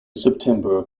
september